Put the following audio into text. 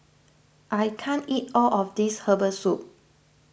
I can't eat all of this Herbal Soup